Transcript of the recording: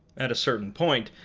at a certain point,